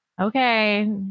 okay